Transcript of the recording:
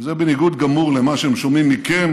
וזה בניגוד גמור למה שהם שומעים מכם